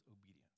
obedience